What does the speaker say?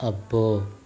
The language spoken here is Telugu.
అబ్బో